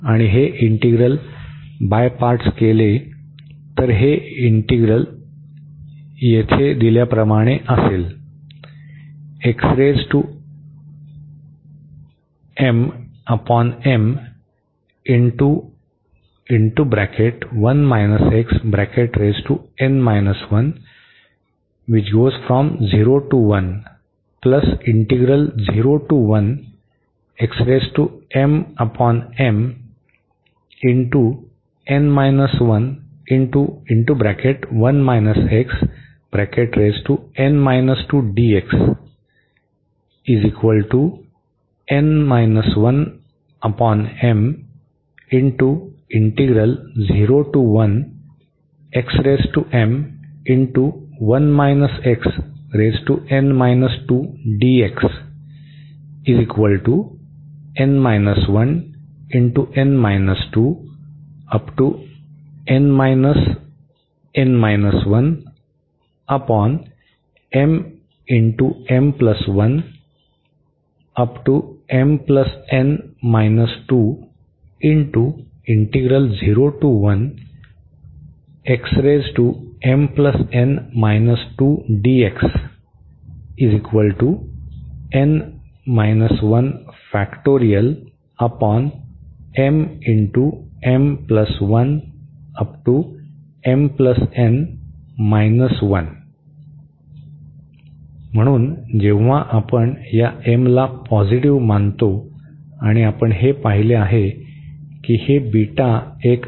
आपण हे integral by parts केले तर हे त्याचे इंटीग्रल येथे असेल म्हणून जेव्हा आपण या m ला पॉझिटिव्ह मानतो आणि आपण हे पाहिले आहे की हे बीटा एक सीमेट्री फंक्शन आहे जे आपण आधी पाहिले आहे